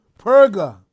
Perga